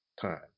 time